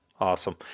Awesome